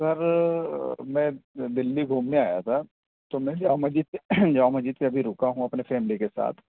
سر میں دلی گھومنے آیا تھا تو میں جامع مسجد پہ جامع مسجد پہ ابھی رکا ہوں اپنے فیملی کے ساتھ